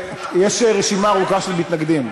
יש רשימה ארוכה של מתנגדים.